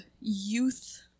youth